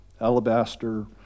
alabaster